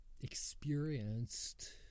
experienced